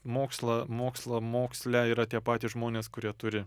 mokslą mokslo moksle yra tie patys žmonės kurie turi